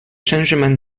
changements